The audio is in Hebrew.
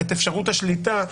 את אפשרות השליטה,